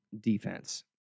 defense